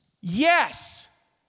Yes